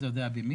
אתה יודע במי,